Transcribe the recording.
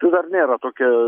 tai dar nėra tokia